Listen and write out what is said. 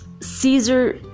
Caesar